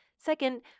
Second